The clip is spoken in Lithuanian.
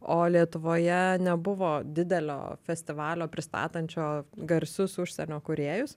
o lietuvoje nebuvo didelio festivalio pristatančio garsius užsienio kūrėjus